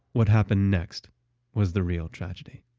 what happened next was the real tragedy.